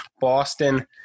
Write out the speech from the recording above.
Boston